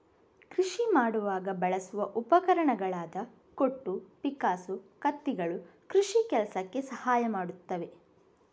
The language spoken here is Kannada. ಕೃಷಿ ಮಾಡುವಾಗ ಬಳಸುವ ಉಪಕರಣಗಳಾದ ಕೊಟ್ಟು, ಪಿಕ್ಕಾಸು, ಕತ್ತಿಗಳು ಕೃಷಿ ಕೆಲಸಕ್ಕೆ ಸಹಾಯ ಮಾಡ್ತವೆ